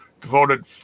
devoted